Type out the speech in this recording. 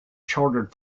chartered